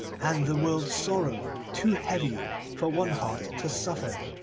and the world's sorrow too heavy for one heart to suffer